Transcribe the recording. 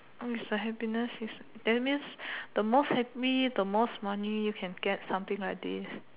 mm is a happiness is that means the most happy the most money you can get something like this